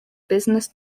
business